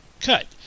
cut